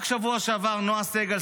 רק בשבוע שעבר נעה סגל,